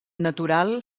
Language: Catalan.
natural